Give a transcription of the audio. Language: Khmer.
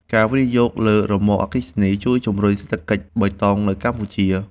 ការវិនិយោគលើរ៉ឺម៉កអគ្គិសនី ជួយជំរុញសេដ្ឋកិច្ចបៃតងនៅកម្ពុជា។